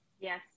yes